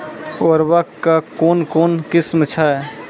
उर्वरक कऽ कून कून किस्म छै?